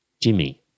Jimmy